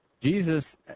Jesus